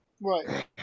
Right